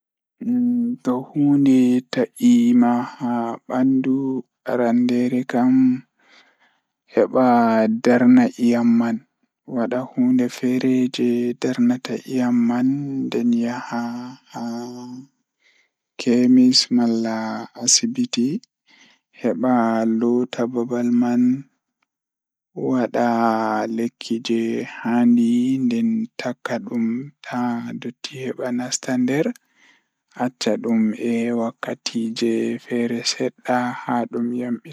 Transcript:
Njiddere sabu to cut walla scrape ngal, kadi holla. Waawataa njiddaade bandage ngam fittaade sabu so tawii nafoore ngal e ɓuri. Njiddaade care, waawataa sabu heɓa nder so tawii njiddaade ko safu.